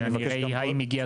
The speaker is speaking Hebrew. ואני אראה האם הגיעה דרישה.